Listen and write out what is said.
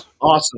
awesome